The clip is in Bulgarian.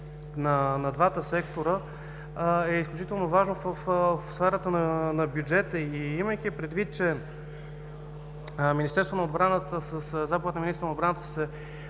на двата сектора е изключително важно в сферата на бюджета и имайки предвид, че в Министерството на отбраната със заповед на министъра на отбраната